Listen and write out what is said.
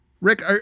Rick